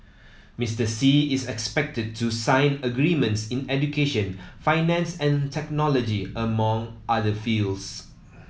Mister Xi is expected to sign agreements in education finance and technology among other fields